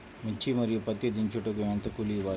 మిర్చి మరియు పత్తి దించుటకు ఎంత కూలి ఇవ్వాలి?